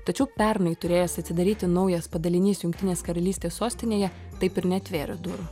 tačiau pernai turėjęs atsidaryti naujas padalinys jungtinės karalystės sostinėje taip ir neatvėrė durų